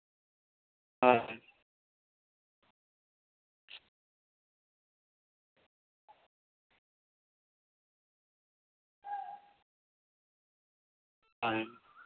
ᱦᱚᱭ ᱦᱮᱸ